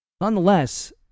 Nonetheless